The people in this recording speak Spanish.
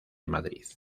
madrid